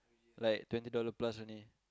like twenty dollar plus only